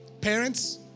Parents